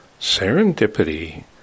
serendipity